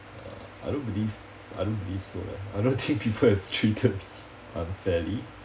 uh I don't believe I don't believe so eh I don't think people has treated me unfairly